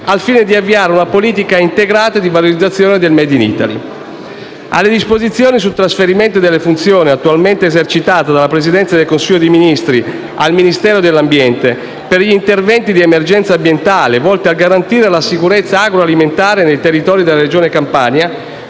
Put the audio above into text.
al fine di avviare una politica integrata di valorizzazione del *made in Italy*. Sul trasferimento delle funzioni attualmente esercitate dalla Presidenza del Consiglio dei Ministri al Ministero dell'ambiente per gli interventi di emergenza ambientale, volti a garantire la sicurezza agroalimentare del territorio della Regione Campania,